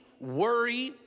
worry